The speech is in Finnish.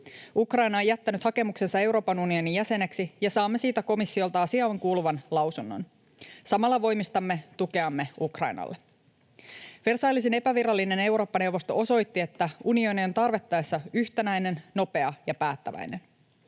Ukraina on jättänyt hakemuksensa Euroopan unionin jäseneksi, ja saamme siitä komissiolta asiaankuuluvan lausunnon. Samalla voimistamme tukeamme Ukrainalle. Versaillesin epävirallinen Eurooppa-neuvosto osoitti, että unioni on tarvittaessa yhtenäinen, nopea ja päättäväinen.